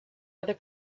other